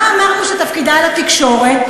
מה אמרנו שתפקידה של התקשורת?